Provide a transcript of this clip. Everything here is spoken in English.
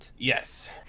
Yes